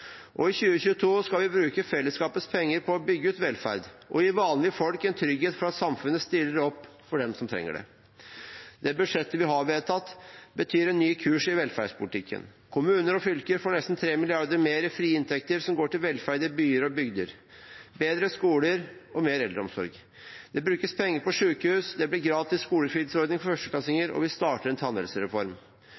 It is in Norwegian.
I 2022 skal vi bruke fellesskapets penger på å bygge ut velferd og gi vanlige folk en trygghet for at samfunnet stiller opp for dem som trenger det. Det budsjettet vi har vedtatt, betyr en ny kurs i velferdspolitikken. Kommuner og fylker får nesten 3 mrd. kr mer i frie inntekter, som går til velferd i byer og bygder – bedre skoler og mer eldreomsorg. Det brukes penger på sykehus, det blir gratis skolefritidsordning for førsteklassinger,